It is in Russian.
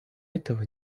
этого